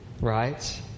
right